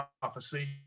prophecy